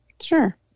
Sure